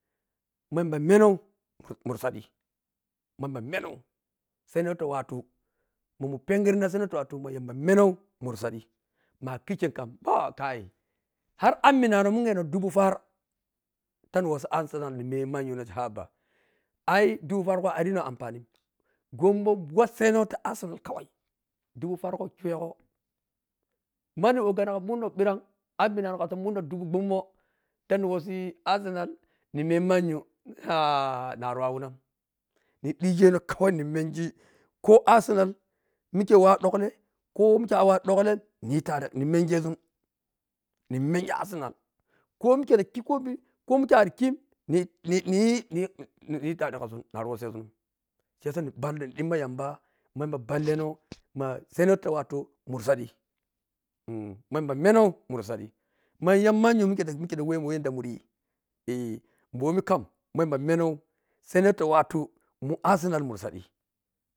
Ma yamba menou mur saɗi ma yamba menou seneto watu ma mu ɓengina seneto watu ma yamba menou mur saɗi ma kikkenn kam har anminano mungheno ɗubu far tani wasso arsenal ni meh manyu nace haɓa ai dubu fargo ariyino amfanin gombo wasseno ti arsenal kawai ɗuɓu fargo khuwego manni agano ka muuno ɓiran anminano kata munno ɗuɓu ghumo tani wassi arsenal ni meh manyu na ah nari wawunan ni ɗhigeno kawai nimengi ko arsenal mike wa ɗhulle ko mike awa ɗhullen niɗi tare mengesun ni mengi arsenal ko mike ta khi kopin ko mike ari khin niɗhi tare kasun nari wassezunni shiyasa ni ballon indimmi yamɓa ma yamba ɓalleno ma seneto watu mu saɗi um, ma yamba menou muri saɗi ma yan manyu mike ɗha mike tawemun yaɗɗa muriyi eh, mɓo mikam ma yamba menou sene whe ta watu mu arsenal muri tadi.